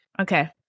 okay